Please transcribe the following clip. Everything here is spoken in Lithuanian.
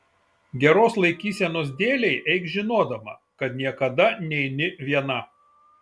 geros laikysenos dėlei eik žinodama kad niekada neini viena